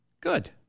Good